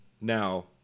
Now